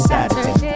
Saturday